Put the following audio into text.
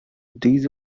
these